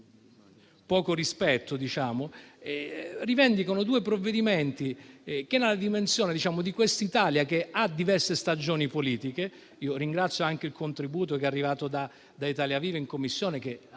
poco rispetto. Ebbene, rivendicano due provvedimenti che vanno considerati nella dimensione di quest'Italia che ha diverse stagioni politiche. Ringrazio anche il contributo che è arrivato da Italia Viva in Commissione, che ha